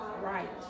Right